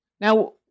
Now